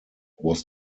was